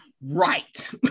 right